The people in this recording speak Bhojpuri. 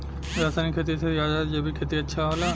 रासायनिक खेती से ज्यादा जैविक खेती अच्छा होला